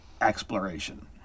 exploration